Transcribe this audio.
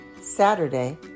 Saturday